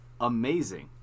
amazing